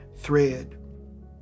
thread